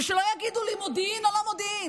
ושלא יגידו לי מודיעין או לא מודיעין,